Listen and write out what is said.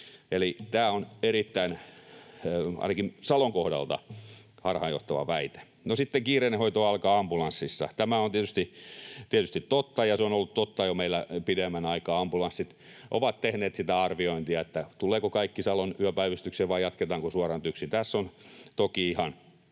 tämä on ainakin Salon kohdalta erittäin harhaanjohtava väite. No sitten ”kiireellinen hoito alkaa ambulanssissa”. Tämä on tietysti totta, ja se on ollut totta meillä jo pidemmän aikaa. Ambulanssit ovat tehneet sitä arviointia, tulevatko kaikki Salon yöpäivystykseen vai jatketaanko suoraan TYKSiin.